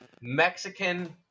Mexican